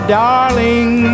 darling